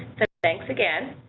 so, thanks again